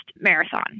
marathon